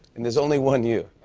and there's only one you.